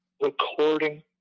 recording